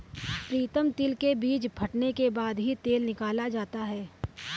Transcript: प्रीतम तिल के बीज फटने के बाद ही तेल निकाला जाता है